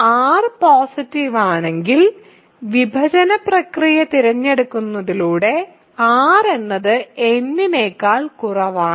r positive ആണെങ്കിൽ വിഭജന പ്രക്രിയ തിരഞ്ഞെടുക്കുന്നതിലൂടെ r എന്നത് n നേക്കാൾ കുറവാണ്